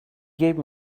gave